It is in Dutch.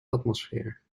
atmosfeer